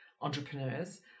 entrepreneurs